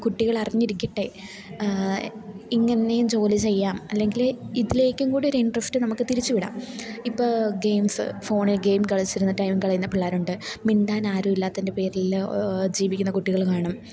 കുട്ടികളറിഞ്ഞിരിക്കട്ടെ ഇങ്ങനെയും ജോലി ചെയ്യാം അല്ലെങ്കിൽ ഇതിലേക്കും കൂ ഒരു ഇൻട്രസ്റ്റ് നമുക്ക് തിരിച്ച് വിടാം ഇപ്പം ഗെയിംസ് ഫോണിൽ ഗെയിം കളിച്ചിരുന്ന ടൈം കളയുന്ന പിള്ളേരുണ്ട് മിണ്ടാൻ ആരും ഇല്ലാത്തതിൻ്റെ പേരിൽ ജീവിക്കുന്ന കുട്ടികൾ കാണും